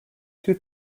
two